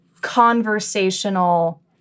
conversational